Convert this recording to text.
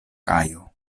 kajo